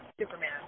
Superman